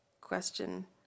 Question